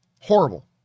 horrible